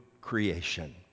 creation